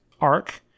arc